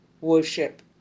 worship